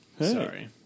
Sorry